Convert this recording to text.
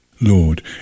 Lord